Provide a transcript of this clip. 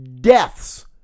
deaths